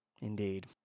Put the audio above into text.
indeed